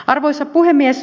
arvoisa puhemies